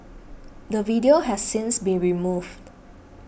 the video has since been removed